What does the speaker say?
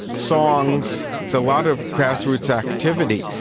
songs, it's a lot of grassroots activity.